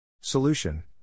Solution